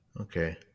okay